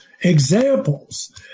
examples